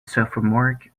sophomoric